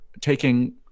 taking